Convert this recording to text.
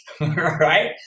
Right